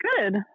Good